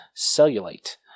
cellulite